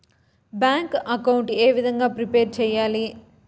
Bank account ఏ విధంగా prepare సెయ్యాలి?